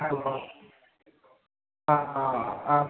hello ആ ആ ആ